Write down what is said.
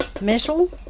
metal